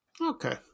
Okay